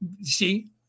see